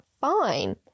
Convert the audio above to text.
Fine